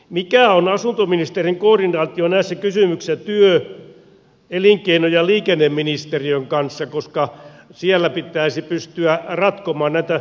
mikä on asuntoministerin koordinaatio näissä kysymyksissä työ ja elinkeinoministeriön ja liikenneministeriön kanssa koska siellä pitäisi pystyä ratkomaan näitä yhteisesti